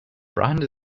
brand